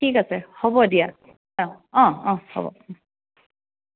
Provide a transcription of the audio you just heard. ঠিক আছে হ'ব দিয়া অ' অ' হ'ব অ'